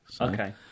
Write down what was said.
Okay